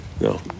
No